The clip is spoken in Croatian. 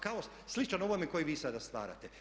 Kaos sličan ovome koji vi sada stvarate.